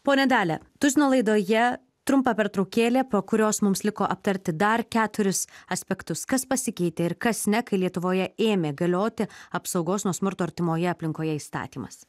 ponia dalia tuzino laidoje trumpa pertraukėlė po kurios mums liko aptarti dar keturis aspektus kas pasikeitė ir kas ne kai lietuvoje ėmė galioti apsaugos nuo smurto artimoje aplinkoje įstatymas